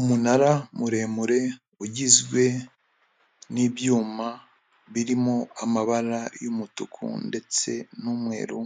Umunara muremure ugizwe n'ibyuma birimo amabara y'umutuku ndetse n'umweru